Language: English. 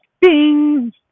bing